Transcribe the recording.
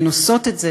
והן עושות את זה,